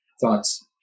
thoughts